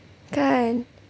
kan